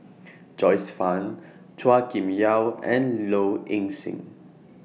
Joyce fan Chua Kim Yeow and Low Ing Sing